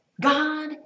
God